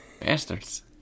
Bastards